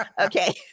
Okay